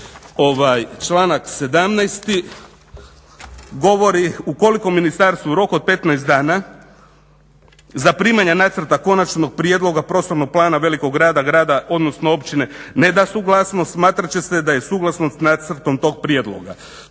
Članak 17., međutim govori ukoliko ministarstvo u roku od 15. dana zaprimanja nacrta konačnog prijedloga Prostornog plana velikog grada, grada, odnosno općine ne da suglasnost smatrat će se da je suglasno s nacrtom tog prijedloga.